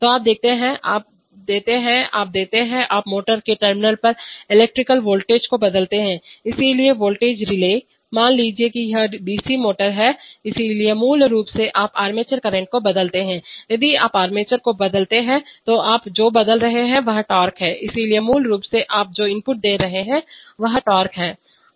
तो आप देते हैं जो आप देते हैं आप देते हैं आप मोटर के टर्मिनल पर इलेक्ट्रिकल वोल्टेज को बदलते हैं इसलिए वोल्टेज रिले मान लें कि यह डीसी मोटर है इसलिए मूल रूप से आप आर्मेचर करंट को बदलते हैं यदि आप आर्मेचर को बदलते हैं तो आप जो बदल रहे हैं वह टार्क है इसलिए मूल रूप से आप जो इनपुट दे रहे हैं वह टार्क है